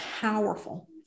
powerful